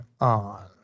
on